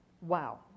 Wow